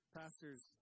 pastors